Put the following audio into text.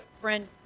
friend